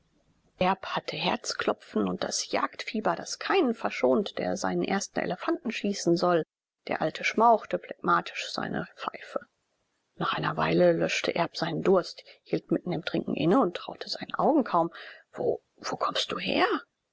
erb hatte herzklopfen und das jagdfieber das keinen verschont der seinen ersten elefanten schießen soll der alte schmauchte phlegmatisch seine pfeife nach einer weile löschte erb seinen durst hielt mitten im trinken inne und traute seinen augen kaum wo wo kommst du her